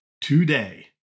today